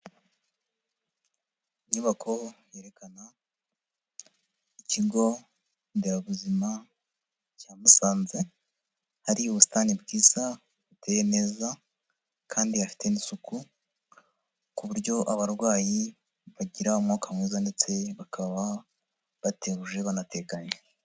Inyubako yerekana ikigo nderabuzima cya Musanze, hari ubusitani bwiza buteye neza kandi hafite n'isuku, ku buryo abarwayi bagira umwuka mwiza ndetse bakaba batuje banatekanye.